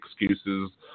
excuses